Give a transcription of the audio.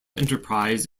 enterprise